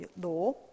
law